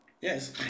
Yes